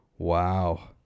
Wow